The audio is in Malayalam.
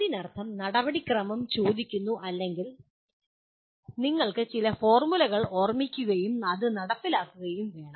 അതിനർത്ഥം നടപടിക്രമം ചോദിക്കുന്നു അല്ലെങ്കിൽ നിങ്ങൾ ചില ഫോർമുലകൾ ഓർമ്മിക്കുകയും അത് നടപ്പിലാക്കുകയും വേണം